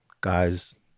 guys